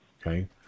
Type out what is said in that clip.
Okay